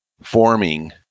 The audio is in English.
forming